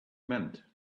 meant